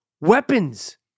weapons